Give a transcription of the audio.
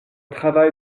travail